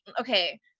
okay